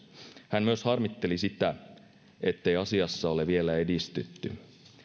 hän myös harmitteli sitä ettei asiassa ole vielä edistytty